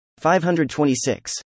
526